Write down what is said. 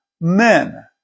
men